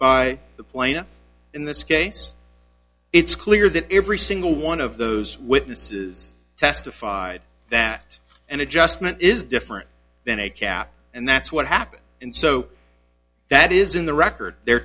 by the plaintiff in this case it's clear that every single one of those witnesses testified that an adjustment is different than a cap and that's what happened and so that is in the record their